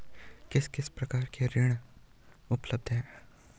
किस किस प्रकार के ऋण उपलब्ध हैं?